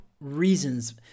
reasons